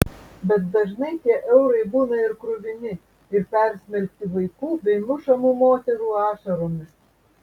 bet dažnai tie eurai būna ir kruvini ir persmelkti vaikų bei mušamų moterų ašaromis